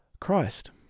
Christ